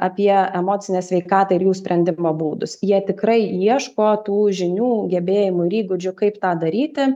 apie emocinę sveikatą ir jų sprendimo būdus jie tikrai ieško tų žinių gebėjimų ir įgūdžių kaip tą daryti